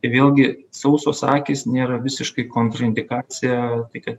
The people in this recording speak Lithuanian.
tai vėlgi sausos akys nėra visiškai kontraindikacija tai kad